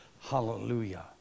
Hallelujah